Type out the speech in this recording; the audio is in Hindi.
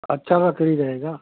अच्छा लकड़ी रहेगा